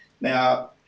Now